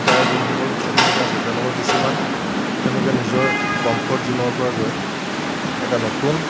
তাৰ যোনসকল অভিনেতা আছে তেওঁলোকৰ কিছুমান তেওঁলোকে নিজৰ কমফৰ্ট জ'নৰ পৰা গৈ এটা নতুন